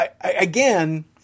again